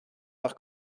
par